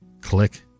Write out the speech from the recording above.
Click